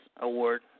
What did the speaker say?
award